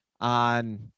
on